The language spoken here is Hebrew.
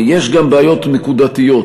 יש גם בעיות נקודתיות,